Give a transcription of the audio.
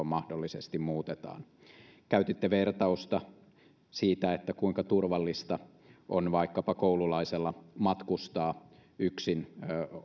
mahdollisesti muutetaan käytitte vertausta siitä kuinka turvallista on vaikkapa koululaisen matkustaa yksin